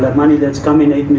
money that has come in, eight